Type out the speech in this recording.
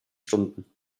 stunden